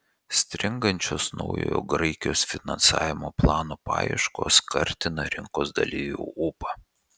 stringančios naujojo graikijos finansavimo plano paieškos kartina rinkos dalyvių ūpą